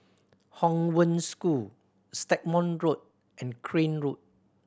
Hong Wen School Stagmont Road and Crane Road